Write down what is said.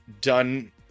done